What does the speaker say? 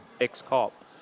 ex-cop